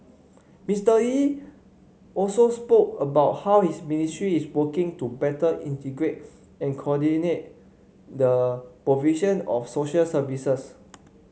Mister Lee also spoke about how his ministry is working to better integrate and coordinate the provision of social services